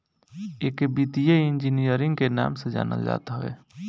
एके वित्तीय इंजीनियरिंग के नाम से जानल जात हवे